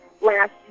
last